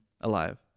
alive